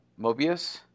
Mobius